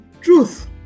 truth